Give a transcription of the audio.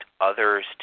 others